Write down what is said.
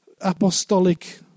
Apostolic